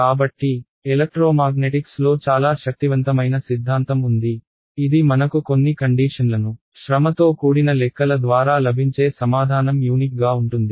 కాబట్టి ఎలక్ట్రోమాగ్నెటిక్స్ లో చాలా శక్తివంతమైన సిద్ధాంతం ఉంది ఇది మనకు కొన్ని కండీషన్లను శ్రమతో కూడిన లెక్కల ద్వారా లభించే సమాధానం యూనిక్ గా ఉంటుంది